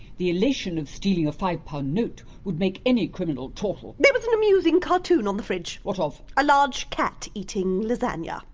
the elation of stealing a five-pound note would make any criminal chortle! there was an amusing cartoon on the fridge! what ah of? a large cat eating lasagne. ah